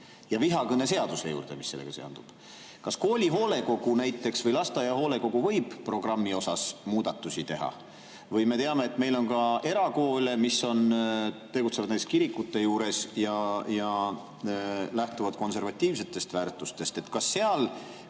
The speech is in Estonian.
ja vihakõne seaduse juurde, mis sellega seondub. Kas kooli hoolekogu või lasteaia hoolekogu võib programmis muudatusi teha? Me teame, et meil on ka erakoole, mis tegutsevad kirikute juures ja lähtuvad konservatiivsetest väärtustest. Kas teie